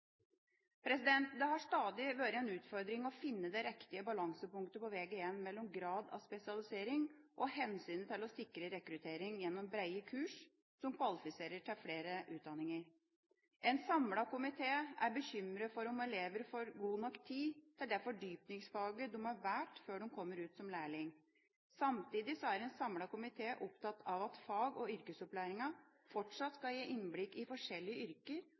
Det har stadig vært en utfordring å finne det riktige balansepunktet på Vg1 mellom grad av spesialisering og hensynet til å sikre rekruttering gjennom brede kurs som kvalifiserer til flere utdanninger. En samlet komité er bekymret for om elevene får god nok tid til det fordypningsfaget de har valgt før de kommer ut som lærling. Samtidig er en samlet komité opptatt av at fag- og yrkesopplæringa fortsatt skal gi innblikk i forskjellige yrker